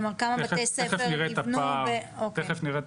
כלומר כמה בתי-ספר נבנו --- תכף נראה את